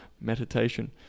meditation